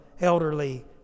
elderly